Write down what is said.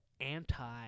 anti